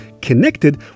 connected